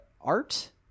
art